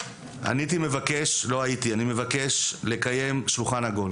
אני מבקש לקיים שולחן עגול